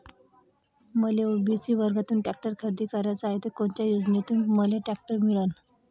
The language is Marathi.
मले ओ.बी.सी वर्गातून टॅक्टर खरेदी कराचा हाये त कोनच्या योजनेतून मले टॅक्टर मिळन?